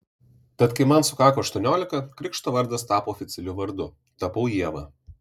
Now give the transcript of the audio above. tad kai man sukako aštuoniolika krikšto vardas tapo oficialiu vardu tapau ieva